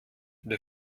der